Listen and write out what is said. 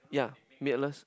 ya milk less